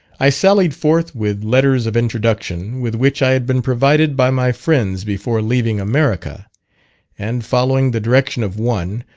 i sallied forth with letters of introduction, with which i had been provided by my friends before leaving america and following the direction of one,